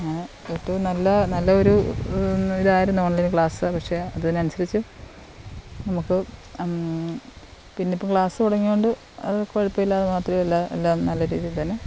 അങ്ങനെ ഏറ്റവും നല്ല നല്ല ഒരു ഇതായിരുന്നു ഓൺലൈൻ ക്ലാസ്സ് പക്ഷേ അതിനനുസരിച്ച് നമുക്ക് പിന്നിപ്പോൾ ക്ലാസ്സ് തുടങ്ങിയതു കൊണ്ട് അതു കുഴപ്പമില്ലയെന്നു മാത്രമല്ല എല്ലാം നല്ല രീതിയിൽ തന്നെ